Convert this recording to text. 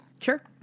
Sure